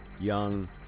young